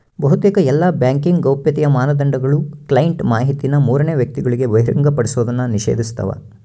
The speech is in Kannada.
ಬಹುತೇಕ ಎಲ್ಲಾ ಬ್ಯಾಂಕಿಂಗ್ ಗೌಪ್ಯತೆಯ ಮಾನದಂಡಗುಳು ಕ್ಲೈಂಟ್ ಮಾಹಿತಿನ ಮೂರನೇ ವ್ಯಕ್ತಿಗುಳಿಗೆ ಬಹಿರಂಗಪಡಿಸೋದ್ನ ನಿಷೇಧಿಸ್ತವ